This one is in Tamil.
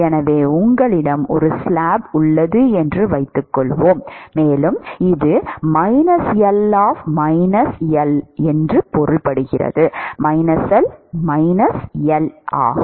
எனவே உங்களிடம் ஒரு ஸ்லாப் உள்ளது என்று வைத்துக்கொள்வோம் மேலும் இது -L - ஆகும்